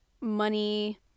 money